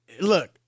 look